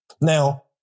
Now